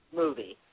movie